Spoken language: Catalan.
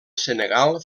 senegal